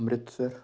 Amritsar